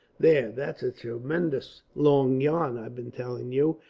there, that's a tremendous long yarn i've been telling you,